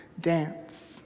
dance